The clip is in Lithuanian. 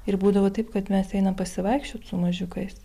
ir būdavo taip kad mes einam pasivaikščiot su mažiukais